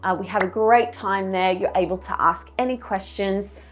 ah we have a great time there, you're able to ask any questions,